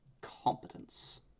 competence